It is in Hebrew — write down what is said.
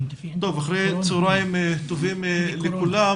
אחר צהריים טובים לכולם,